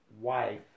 wife